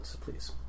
please